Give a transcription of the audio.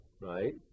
right